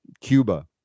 Cuba